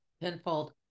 Tenfold